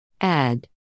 Add